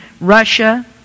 Russia